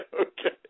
okay